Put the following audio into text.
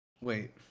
wait